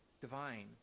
divine